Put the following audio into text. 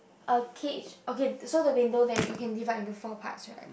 a cage okay so the window there you can divide it into four parts right